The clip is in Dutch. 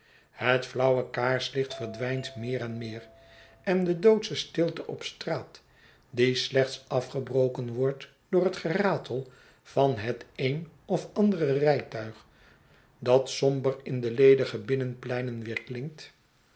het flauwe kaarslicht verdwijnt meer en meer en de doodsche stilte op straat die slechts afgebroken wordt door het geratel van het een of andere rijtuig dat somber in de ledige binnenpleinen